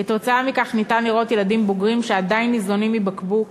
כתוצאה מכך ניתן לראות ילדים בוגרים שעדיין ניזונים מבקבוק